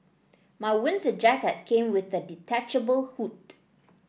my winter jacket came with a detachable hood